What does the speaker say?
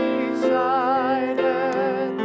decided